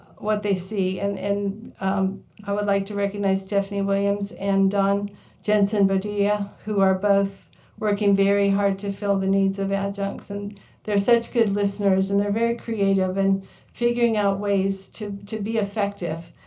what they see. and and i would like to recognize stephanie williams and dawn jenson-bodilla, who are both working very hard to fill the needs of adjuncts. and they're such good listeners, and they're very creative in figuring out ways to to be effective.